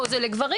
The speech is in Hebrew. פה זה לגברים,